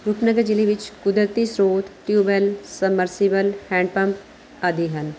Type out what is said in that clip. ਰੂਪਨਗਰ ਜ਼ਿਲ੍ਹੇ ਵਿੱਚ ਕੁਦਰਤੀ ਸਰੋਤ ਟਿਊਬਵੈੱਲ ਸਬਮਰਸੀਬਲ ਹੈਂਡ ਪੰਪ ਆਦਿ ਹਨ